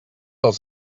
als